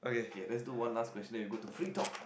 okay let's do one last question and then we go to free talk